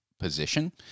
Position